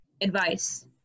advice